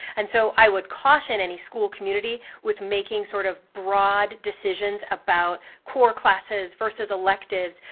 and so i would caution any school community with making sort of broad decisions about core classes versus electives,